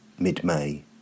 Mid-May